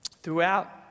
Throughout